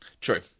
True